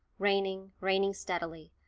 raining, raining steadily,